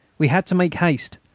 we had to make haste,